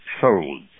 sold